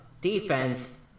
Defense